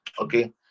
Okay